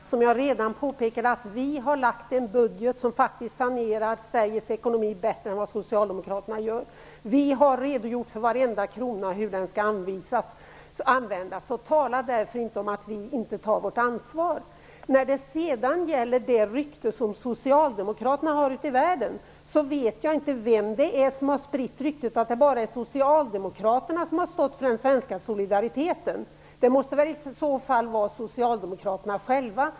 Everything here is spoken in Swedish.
Herr talman! Som jag redan har påpekat har vi lagt fram ett förslag om en budget som faktiskt sanerar Sveriges ekonomi bättre än vad socialdemokraternas budget gör. Vi har redogjort för hur varje krona skall användas. Så säg inte att vi inte tar vårt ansvar! När det sedan gäller det rykte som socialdemokraterna har ute i världen vet jag inte vem det är som har spritt ut att det bara är socialdemokraterna som har stått för den svenska solidariteten. Det måste väl i så fall vara socialdemokraterna själva.